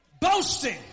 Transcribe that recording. Boasting